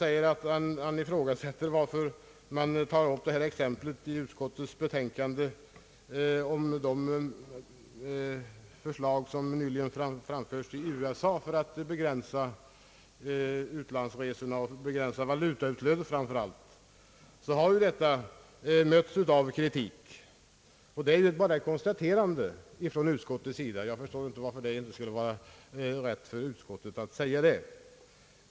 Herr Gustafsson undrar varför utskottet tar upp som exempel ett förslag som nyligen har framförts i USA och som avser att begränsa utlandsresorna, framför allt valutautflödet, och varför utskottet betonar att det har mötts av kritik. Det är bara ett konstaterande från utskottets sida. Jag förstår inte varför det inte skulle vara rätt av utskottet att säga detta.